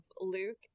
Luke